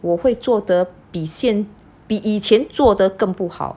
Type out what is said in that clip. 我会做的比现比以前做的更不好